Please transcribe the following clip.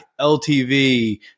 LTV